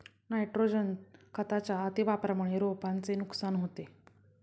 nitrogen खताच्या अतिवापरामुळे रोपांचे नुकसान होते